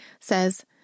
says